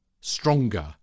stronger